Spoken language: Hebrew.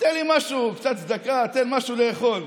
תן לי משהו, קצת צדקה, תן משהו לאכול.